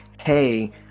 hey